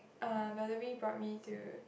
uh Valerie brought me to